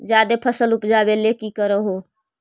जादे फसल उपजाबे ले की कर हो?